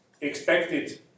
expected